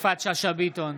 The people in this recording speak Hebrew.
יפעת שאשא ביטון,